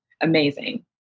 amazing